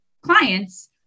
clients